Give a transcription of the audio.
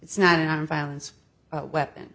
it's not an iron violence a weapon